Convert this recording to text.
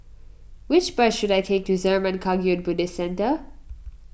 which bus should I take to Zurmang Kagyud Buddhist Centre